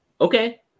Okay